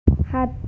সাত